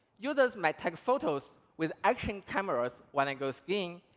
users may take photos with action cameras when they go skiing,